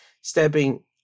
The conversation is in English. stepping